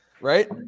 Right